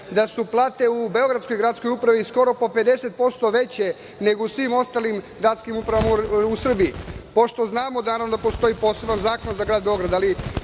da su plate u beogradskoj gradskoj upravi skoro pa 50% veće nego u svim ostalim gradskim upravama u Srbiji, pošto znamo, naravno, da postoji poseban zakon za grad Beograd?